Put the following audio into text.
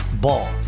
Ball